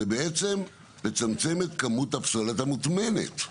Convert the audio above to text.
הן בעצם לצמצם את כמות הפסולת המוטמנת.